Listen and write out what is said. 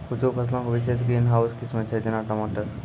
कुछु फसलो के विशेष ग्रीन हाउस किस्म छै, जेना टमाटर